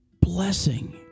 blessing